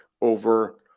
over